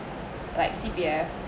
like C_P_F